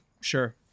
Sure